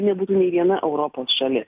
nebūtinai viena europos šalis